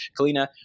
Kalina